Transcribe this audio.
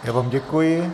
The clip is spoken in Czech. Já vám děkuji.